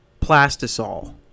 plastisol